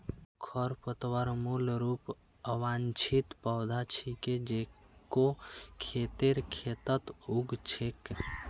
खरपतवार मूल रूप स अवांछित पौधा छिके जेको खेतेर खेतत उग छेक